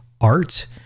art